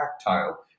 tactile